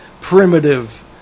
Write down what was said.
primitive